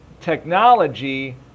technology